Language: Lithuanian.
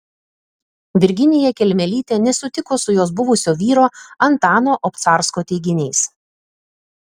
virginija kelmelytė nesutiko su jos buvusio vyro antano obcarsko teiginiais